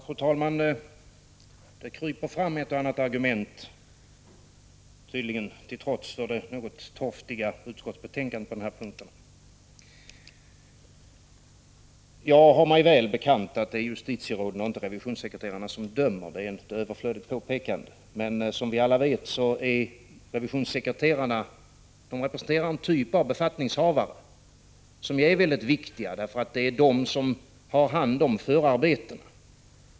Fru talman! Det kryper fram ett och annat argument, det något torftiga utskottsbetänkandet på denna punkt till trots. Jag har mig väl bekant att det är justitieråden och inte revisionssekreterarna som dömer. Det är ett överflödigt påpekande. Men som vi alla vet representerar revisionssekreterarna en typ av befattningshavare som är mycket viktiga, eftersom det är de som har hand om förarbetena.